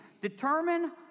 Determine